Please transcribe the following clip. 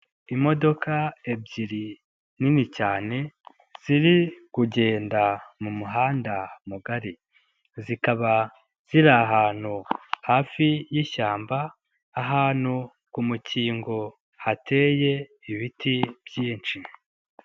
Imodoka ebyiri nini cyane, ziri kugenda mu muhanda mugari, zikaba ziri ahantu hafi y'ishyamba, ahantu ku mukingo hateye ibiti byinshi.